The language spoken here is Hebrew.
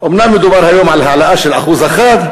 אומנם מדובר היום על העלאה של 1%,